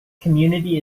community